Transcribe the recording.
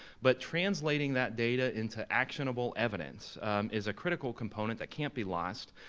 but translating that data into actionable evidence is a critical component that can't be lost,